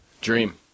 Dream